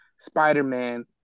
Spider-Man